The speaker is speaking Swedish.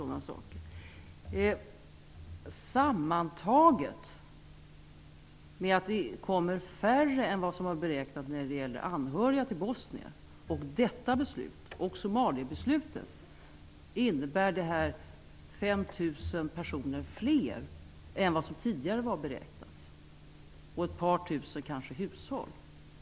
Det faktum att det kommer färre anhöriga till bosnier än beräknat innebär sammantaget med detta beslut och Somaliabesluten att 5 000 personer fler än beräknat kommer att stanna, kanske ett par tusen hushåll.